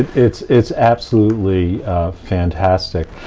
it's it's absolutely fantastic.